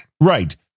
Right